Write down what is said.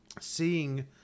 seeing